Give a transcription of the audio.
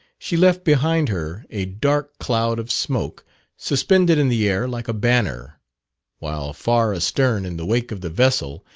she left behind her a dark cloud of smoke suspended in the air like a banner while, far astern in the wake of the vessel,